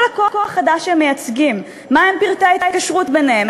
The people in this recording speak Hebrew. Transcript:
לקוח חדש שהם מייצגים: מה הם פרטי ההתקשרות ביניהם,